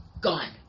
gone